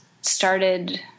started